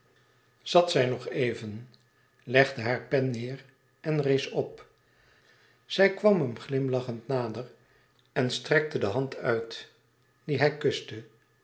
zat zij nog even legde haar pen neêr en rees op zij kwam hem glimlachend nader en strekte de hand uit die